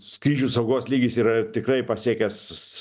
skrydžių saugos lygis yra tikrai pasiekęs